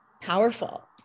powerful